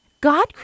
God